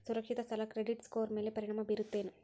ಸುರಕ್ಷಿತ ಸಾಲ credit score ಮ್ಯಾಲೆ ಪರಿಣಾಮ ಬೇರುತ್ತೇನ್